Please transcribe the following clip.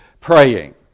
praying